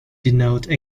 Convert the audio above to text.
denote